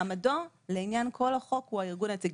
מעמדו לעניין כל החוק הוא הארגון היציג.